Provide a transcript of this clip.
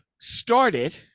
started